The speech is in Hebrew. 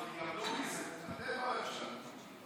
תיגמלו מזה, אתם, בממשלה.